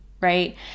right